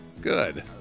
Good